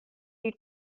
you